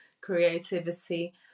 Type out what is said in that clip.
creativity